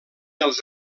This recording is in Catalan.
els